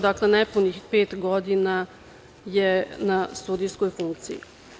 Dakle, nepunih pet godina je na sudijskoj funkciji.